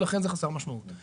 לכן זה חסר משמעות.